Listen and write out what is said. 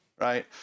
right